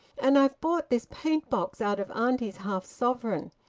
and i've bought this paint-box, out of auntie's half-sovereign.